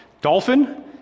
dolphin